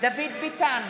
דוד ביטן,